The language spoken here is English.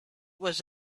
was